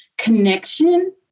connection